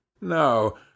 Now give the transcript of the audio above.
No